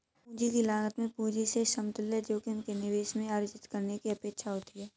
पूंजी की लागत में पूंजी से समतुल्य जोखिम के निवेश में अर्जित करने की अपेक्षा होती है